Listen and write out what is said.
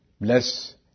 Bless